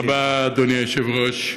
תודה רבה, אדוני היושב-ראש.